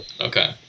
Okay